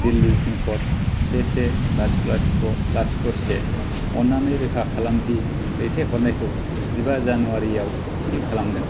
Delhi pin code से से लाथिख लाथिख लाथिख से अननानै रोखा खालामदि दैथाय हरनायखौ जिबा जानुवारियाव थि खालामदों